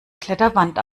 kletterwand